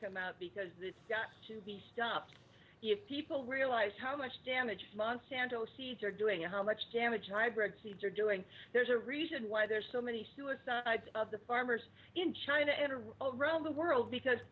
come out because it's got to be stopped if people realize how much damage monsanto seeds are doing and how much damage hybrid seeds are doing there's a reason why there's so many suicides of the farmers in china and run the world because